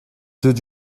did